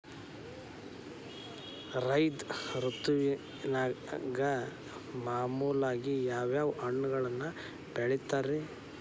ಝೈದ್ ಋತುವಿನಾಗ ಮಾಮೂಲಾಗಿ ಯಾವ್ಯಾವ ಹಣ್ಣುಗಳನ್ನ ಬೆಳಿತಾರ ರೇ?